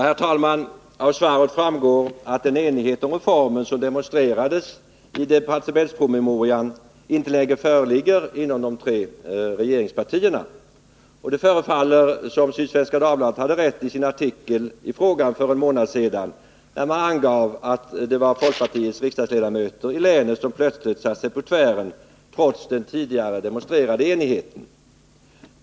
Herr talman! Av svaret framgår att den enighet om reformen som demonstrerades i departementspromemorian inte längre föreligger inom de tre regeringspartierna. Det förefaller som om Sydsvenska Dagbladet hade rätt i en artikel för en månad sedan, där man angav att det var folkpartiets riksdagsledamöter i länet som plötsligt hade satt sig på tvären, trots den tidigare demonstrerade enigheten.